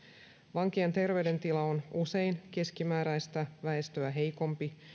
vankien terveydentila on usein keskimääräistä väestöä heikompi